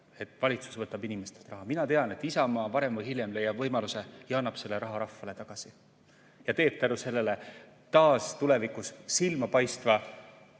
valitsus võtab inimestelt raha. Mina tean, et Isamaa varem või hiljem leiab võimaluse ja annab selle raha rahvale tagasi ning teeb tänu sellele tulevikus taas silmapaistva